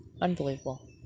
unbelievable